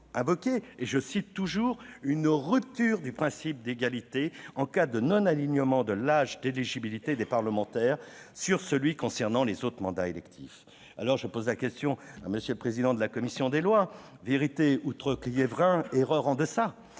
Ils ont également invoqué « une rupture du principe d'égalité en cas de non-alignement de l'âge d'éligibilité des parlementaires sur celui concernant les autres mandats électifs ». Monsieur le président de la commission des lois, vérité outre-Quiévrain, erreur en deçà ?